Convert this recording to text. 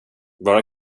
bara